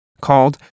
called